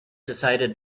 decided